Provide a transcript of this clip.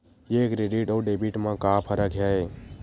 ये क्रेडिट आऊ डेबिट मा का फरक है?